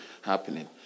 happening